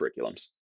curriculums